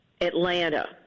Atlanta